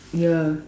ya